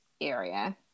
area